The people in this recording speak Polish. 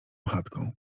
chatką